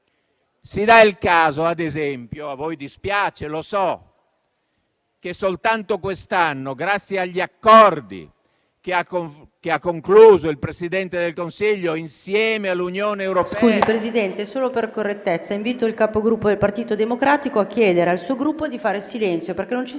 Si dà il caso, ad esempio - a voi dispiace, lo so -, che soltanto quest'anno, grazie agli accordi che ha concluso il Presidente del Consiglio insieme all'Unione europea…